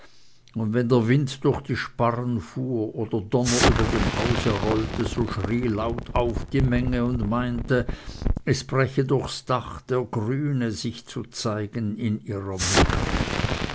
und wenn der wind durch die sparren fuhr oder donner über dem hause rollte so schrie laut auf die menge und meinte es breche durchs dach der grüne sich zu zeigen in ihrer mitte